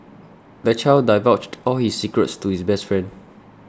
the child divulged all his secrets to his best friend